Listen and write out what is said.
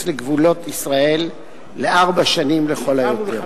לגבולות ישראל לארבע שנים לכל היותר.